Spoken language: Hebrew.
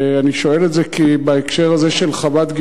אני שואל את זה כי בהקשר הזה של חוות-גלעד,